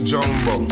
Jumbo